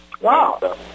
Wow